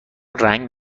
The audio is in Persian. رنگ